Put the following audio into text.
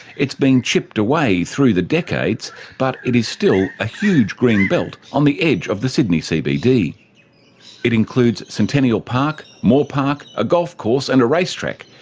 it's been chipped away through the decades but it is still a huge green belt on the edge of the sydney cbd. it includes centennial park, moore park, a golf course and a race track,